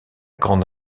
grande